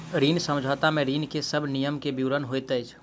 ऋण समझौता में ऋण के सब नियम के विवरण होइत अछि